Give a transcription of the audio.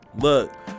Look